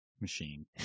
machine